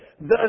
thus